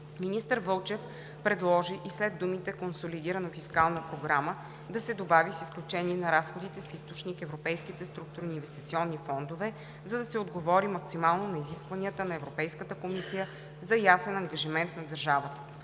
Министър Вълчев предложи и след думите „консолидирана фискална програма" да се добави „с изключение на разходите с източник европейските структурни и инвестиционни фондове“, за да се отговори максимално на изискванията на Европейската комисия за ясен ангажимент на държавата.